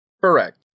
Correct